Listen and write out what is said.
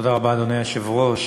אדוני היושב-ראש,